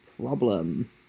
problem